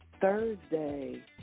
Thursday